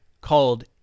called